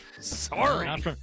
sorry